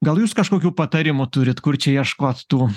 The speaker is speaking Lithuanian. gal jūs kažkokių patarimų turit kur čia ieškot tų